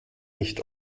nicht